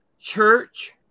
church